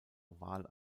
oval